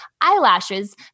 Eyelashes